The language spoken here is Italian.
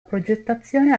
progettazione